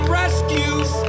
rescues